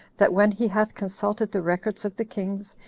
that when he hath consulted the records of the kings,